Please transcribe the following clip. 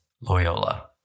Loyola